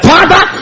Father